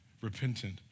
repentant